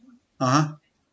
(uh huh)